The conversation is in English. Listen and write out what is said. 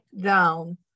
down